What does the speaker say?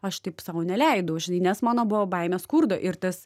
aš taip sau neleidau žinai nes mano buvo baimė skurdo ir tas